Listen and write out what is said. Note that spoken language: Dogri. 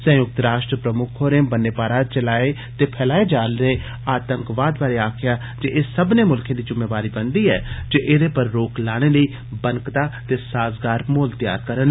संयुक्त राष्ट्र प्रमुक्ख होरे ब'न्ने पारा चलाए ते फैलाए जाने आले आतंकवाद बारै आक्खेआ जे एह सब्मनें मुल्खें दी जुम्मेवारी बनदी ऐ जे एहदे पर रोक लाने लेई बनकदा ते साज़गार माहोल तैयार करन